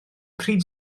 pryd